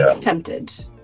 tempted